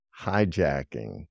hijacking